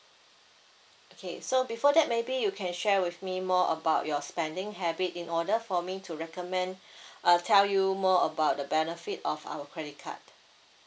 okay so before that maybe you can share with me more about your spending habit in order for me to recommend uh tell you more about the benefit of our credit card